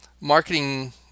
marketing